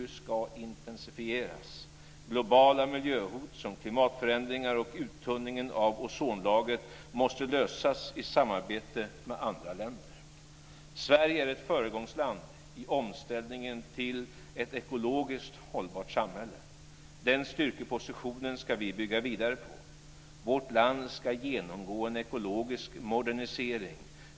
ska intensifieras. Globala miljöhot som klimatförändringar och uttunningen av ozonlagret måste lösas i samarbete med andra länder. Sverige är ett föregångsland i omställningen till ett ekologiskt hållbart samhälle. Den styrkepositionen ska vi bygga vidare på. Vårt land ska genomgå en ekologisk modernisering.